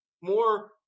more –